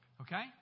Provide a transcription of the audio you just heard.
Okay